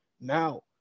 Now